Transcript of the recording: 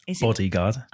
bodyguard